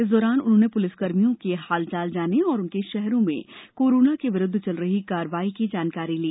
इस दौरान उन्होंने पुलिसकर्मियों के हालचाल जाने और उनके शहरों में कोरोना के विरुद्ध चल रही कार्यवाही की जानकारी ली